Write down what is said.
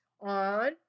on